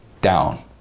down